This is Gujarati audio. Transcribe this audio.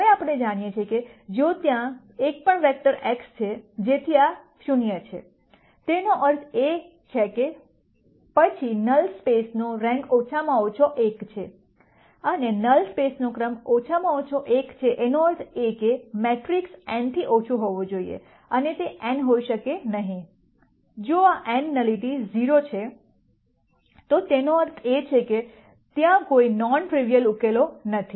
હવે આપણે જાણીએ છીએ કે જો ત્યાં એક પણ વેક્ટર x છેજેથી આ 0 છે તેનો અર્થ એ કે પછી નલ સ્પેસનો રેન્ક ઓછામાં ઓછો 1 છે અને નલ સ્પેસનો ક્રમ ઓછામાં ઓછો એક છે તેનો અર્થ એ કે મેટ્રિક્સ n થી ઓછો હોવો જોઈએ તે n હોઈ શકે નહિ જો આ n ન્યુલિટી 0 છે તો તેનો અર્થ એ કે ત્યાં કોઈ નોન ટ્રીવીઆલ ઉકેલો નથી